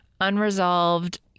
unresolved